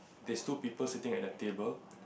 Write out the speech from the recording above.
there's two people sitting at the table